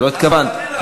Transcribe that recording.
לא התכוונת לזה.